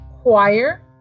choir